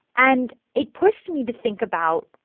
and it pushed me to think about,